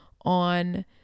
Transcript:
on